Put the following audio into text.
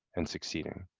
and succeeding.